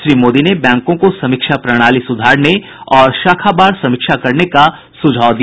श्री मोदी ने बैंकों को समीक्षा प्रणाली सुधारने और शाखावार समीक्षा करने का सुझाव दिया